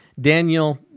Daniel